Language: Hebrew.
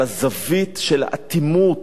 על הזווית של האטימות,